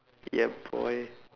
yeah boy